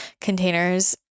containers